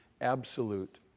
absolute